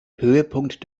höhepunkt